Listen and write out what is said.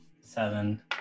seven